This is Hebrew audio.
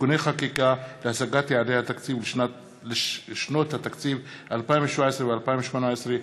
(תיקוני חקיקה להשגת יעדי התקציב לשנות התקציב 2017 ו-2018),